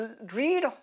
read